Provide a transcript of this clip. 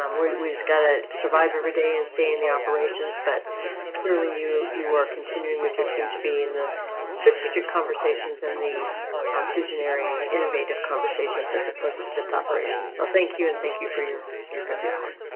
um we just gotta survive everyday and stay in the operations. but clearly you you were continuing with your team to be in the strategic conversations and the um visionary innovative conversations that supposed to just operation. so thank you and thank you for your your good report.